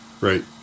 Right